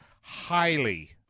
Highly